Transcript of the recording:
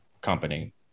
company